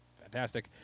fantastic